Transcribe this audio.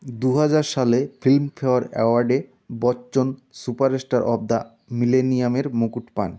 দু হাজার সালে ফিল্মফেয়ার অ্যাওয়ার্ডে বচ্চন সুপারস্টার অফ দা মিলেনিয়ামের মুকুট পান